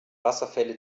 wasserfälle